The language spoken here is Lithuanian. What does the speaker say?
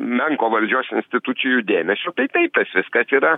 menko valdžios institucijų dėmesio tai taip tas viskas yra